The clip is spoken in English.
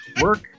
Work